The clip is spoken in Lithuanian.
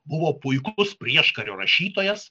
buvo puikus prieškario rašytojas